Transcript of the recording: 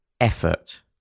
effort